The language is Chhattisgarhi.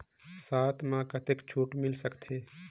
साथ म कतेक छूट मिल सकथे?